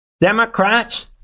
Democrats